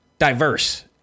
diverse